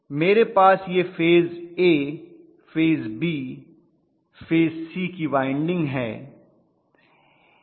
मेरे पास यह phase A phase B phase C की वाइंडिंग है